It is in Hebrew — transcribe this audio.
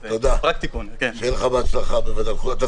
שיהיה לך בהצלחה בוועדת החוץ והביטחון.